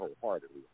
wholeheartedly